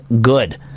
good